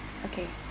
okay